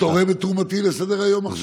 אני תורם את תרומתי לסדר-היום עכשיו.